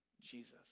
Jesus